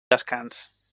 descans